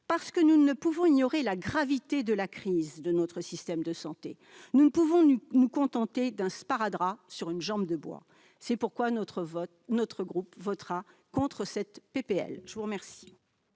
Parce que nous ne pouvons ignorer la gravité de la crise de notre système de santé, nous ne pouvons nous contenter d'un sparadrap sur une jambe de bois. C'est pourquoi notre groupe votera contre ce texte. La parole